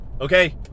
Okay